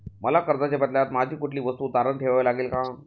मला कर्जाच्या बदल्यात माझी कुठली वस्तू तारण ठेवावी लागेल का?